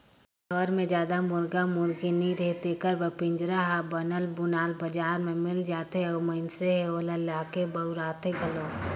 घर मे जादा मुरगा मुरगी नइ रहें तेखर बर पिंजरा हर बनल बुनाल बजार में मिल जाथे अउ मइनसे ह ओला लाके बउरथे घलो